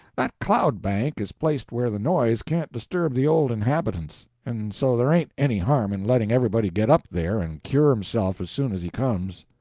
that cloud-bank is placed where the noise can't disturb the old inhabitants, and so there ain't any harm in letting everybody get up there and cure himself as soon as he comes.